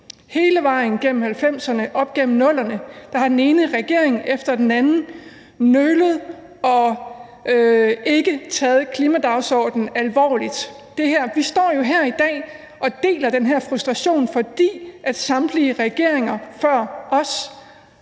Hele vejen igennem 1990'erne og op igennem 00'erne har den ene regering efter den anden nølet og ikke taget klimadagsordenen alvorligt. Vi står jo her i dag og deler den frustration, fordi samtlige regeringer før den